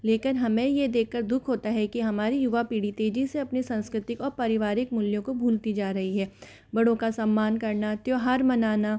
लेकिन हमें ये देखकर दुख होता है कि हमारे युवा पीढ़ी तेजी से अपनी संस्कृतिक और पारिवारिक मूल्यों को भूलती जा रही है बड़ों का सम्मान करना त्यौहार मनाना